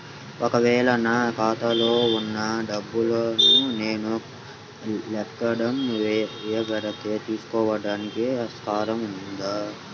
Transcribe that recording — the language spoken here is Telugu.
ఒక వేళ నా ఖాతాలో వున్న డబ్బులను నేను లేకుండా వేరే వాళ్ళు తీసుకోవడానికి ఆస్కారం ఉందా?